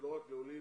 ולא רק לעולים